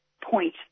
point